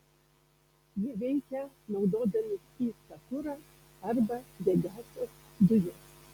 jie veikia naudodami skystą kurą arba degiąsias dujas